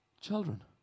children